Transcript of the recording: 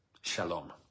Shalom